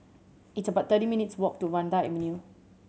it's about thirty minutes' walk to Vanda Avenue